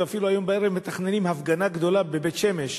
ואפילו היום בערב מתכננים הפגנה גדולה בבית-שמש,